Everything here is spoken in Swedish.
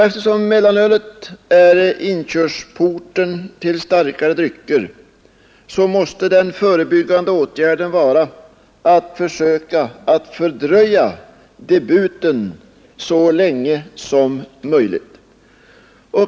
Eftersom mellanölet är inkörsporten till starkare drycker måste den förebyggande åtgärden vara att försöka fördröja debuten så länge som möjligt.